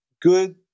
good